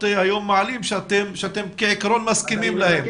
היום מעלים שאתם כעקרון מסכימים להם?